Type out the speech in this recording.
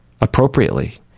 appropriately